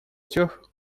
тех